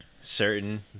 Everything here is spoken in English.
certain